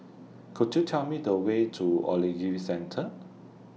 Could YOU Tell Me The Way to Ogilvy Centre